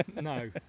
no